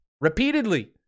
Repeatedly